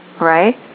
right